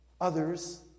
others